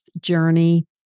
journey